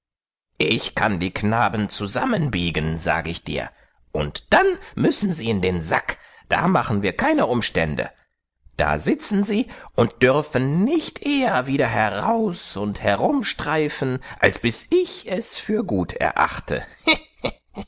ich kann die knaben zusammenbiegen sag ich dir und dann müssen sie in den sack da machen wir keine umstände da sitzen sie und dürfen nicht eher wieder heraus und herumstreifen als bis ich es für gut erachte